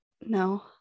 no